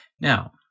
now